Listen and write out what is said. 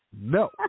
No